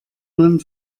man